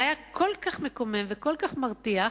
זה היה כל כך מקומם וכל כך מרתיח,